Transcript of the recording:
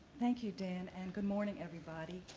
thank you, dan, and good morning everybody.